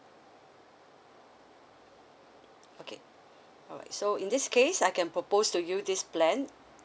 okay alright so in this case I can propose to you this plan